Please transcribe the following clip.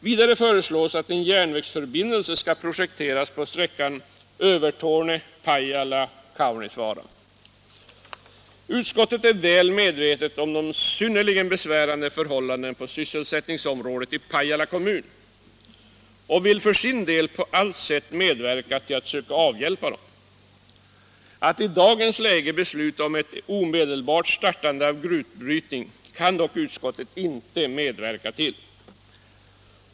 Vidare föreslås att en järnvägsförbindelse skall projekteras på sträckan Övertorneå-Pajala-Kaunisvaara. Utskottet är väl medvetet om de synnerligen besvärliga förhållandena på sysselsättningsområdet i Pajala kommun och vill för sin del på allt sätt medverka till att söka avhjälpa dem. Att i dagens läge besluta om ett omedelbart startande av gruvbrytning kan utskottet dock inte medverka till.